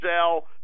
sell